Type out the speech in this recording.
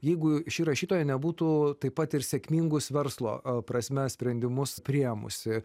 jeigu ši rašytoja nebūtų taip pat ir sėkmingus verslo prasme sprendimus priėmusi